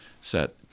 set